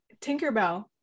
Tinkerbell